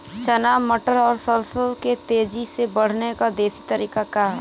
चना मटर और सरसों के तेजी से बढ़ने क देशी तरीका का ह?